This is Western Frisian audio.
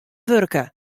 wurke